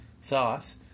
sauce